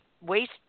waste